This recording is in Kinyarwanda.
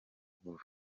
vuba